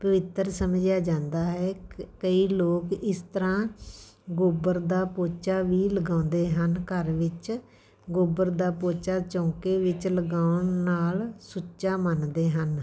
ਪਵਿੱਤਰ ਸਮਝਿਆ ਜਾਂਦਾ ਹੈ ਕ ਕਈ ਲੋਕ ਇਸ ਤਰ੍ਹਾਂ ਗੋਬਰ ਦਾ ਪੋਚਾ ਵੀ ਲਗਾਉਂਦੇ ਹਨ ਘਰ ਵਿਚ ਗੋਬਰ ਦਾ ਪੋਚਾ ਚੌਂਕੇ ਵਿੱਚ ਲਗਾਉਣ ਨਾਲ ਸੁੱਚਾ ਮੰਨਦੇ ਹਨ